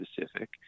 specific